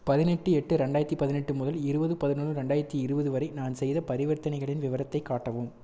பதினெட்டு எட்டு ரெண்டாயிரத்து பதினெட்டு முதல் இருபது பதினொன்று ரெண்டாயிரத்து இருபது வரை நான் செய்த பரிவர்த்தனைகளின் விவரத்தை காட்டவும்